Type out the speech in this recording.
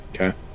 Okay